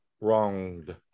wronged